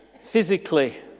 physically